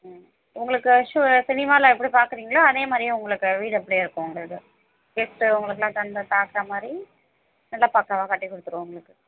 ம் உங்களுக்கு ஷு சினிமாவில் எப்படி பார்க்குறீங்களோ அதேமாதிரியே உங்களுக்கு வீடு அப்படியே இருக்கும் உங்களது வித்து உங்களுக்கெல்லாம் கண்ணில் காட்டுற மாதிரி நல்லா பக்காவாக கட்டிக்கொடுத்துருவோம் உங்களுக்கு